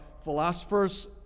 philosophers